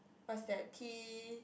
what's that T